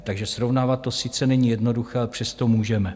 Takže srovnávat to sice není jednoduché, ale přesto můžeme.